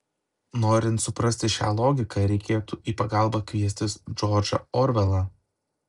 norint suprasti šią logiką reikėtų į pagalbą kviestis džordžą orvelą